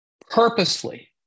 purposely